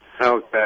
Okay